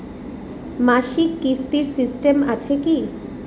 মাসিক কিস্তির সিস্টেম আছে কি?